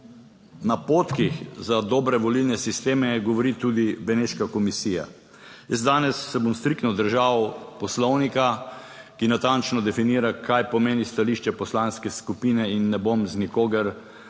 napotkih za dobre volilne sisteme govori tudi Beneška komisija. Jaz danes se bom striktno držal Poslovnika, ki natančno definira, kaj pomeni stališče poslanske skupine in ne bom z nikogar,